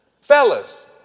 Fellas